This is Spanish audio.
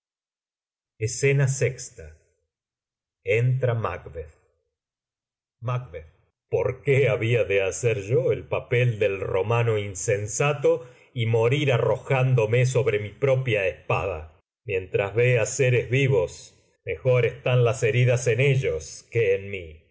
escena vi entra macbeth macb por qué había de hacer yo el papel del romano insensato y morir arrojándome sobre mi propia espada mientras vea seres vivos mejor están las heridas en ellos que en mí